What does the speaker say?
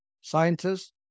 scientists